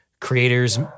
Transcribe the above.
creators